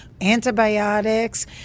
antibiotics